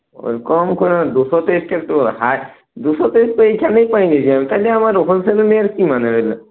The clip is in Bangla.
ওই কম করে দুশো তিরিশটা একটু হাই দুশো তিরিশ তো এইখানেই পেয়ে যাচ্ছি আমি তাইলে আমার হোলসেলে নেওয়ার কি মানে হল